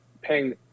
paying